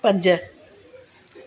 पंज